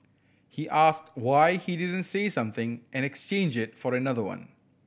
he asked why he didn't say something and exchange it for another one